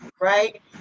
right